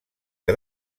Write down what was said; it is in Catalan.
que